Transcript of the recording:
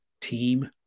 team